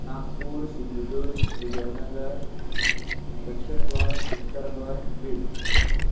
नागपूर सिंधुदुर्ग विजयनगर दक्षीण गोंय उत्तर गोंय बीड